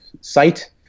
site